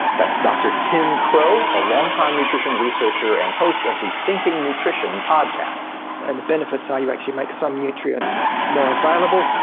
that's dr. tim crowe, a longtime nutrition researcher and host of the thinking nutrition podcast. and the benefits are, you actually make some nutrients more available,